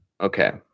Okay